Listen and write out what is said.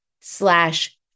slash